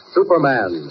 Superman